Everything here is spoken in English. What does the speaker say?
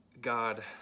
God